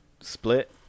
split